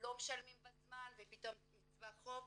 שלא משלמים בזמן ופתאום נצבר חוב,